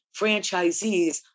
franchisees